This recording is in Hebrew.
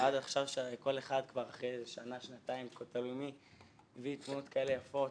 עכשיו כל אחד כבר אחרי שנה-שנתיים מביא תמונות כאלה יפות.